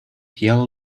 yellow